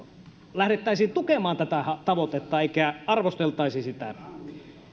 lähdettäisiin tukemaan tätä tavoitetta eikä arvosteltaisi sitä